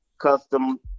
Custom